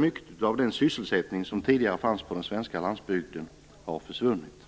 Mycket av den sysselsättning som tidigare fanns på den svenska landsbygden har försvunnit.